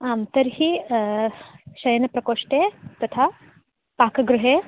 आं तर्हि शयनप्रकोष्ठे तथा पाकगृहे